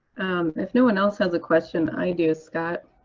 if no one else has a question. i do, scott.